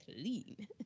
clean